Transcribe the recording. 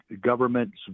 government's